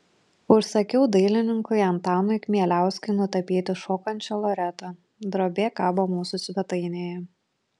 užsakiau dailininkui antanui kmieliauskui nutapyti šokančią loretą drobė kabo mūsų svetainėje